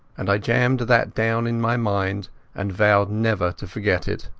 and i jammed that down in my mind and vowed never to forget it.